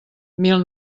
mil